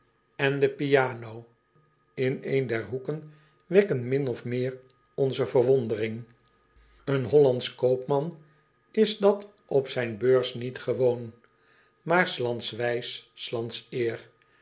en de pianino in een der hoeken wekken min of meer onze verwondering en ollandsch koopman is dat op z i j n beurs niet gewoon aar s lands wijs s lands eer